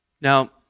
Now